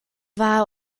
war